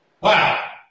Wow